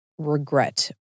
regret